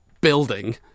building